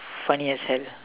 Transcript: funny as hell